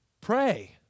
pray